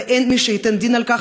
ואין מי שייתן את הדין על כך.